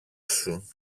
σου